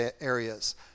areas